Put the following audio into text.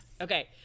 Okay